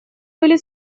были